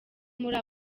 muri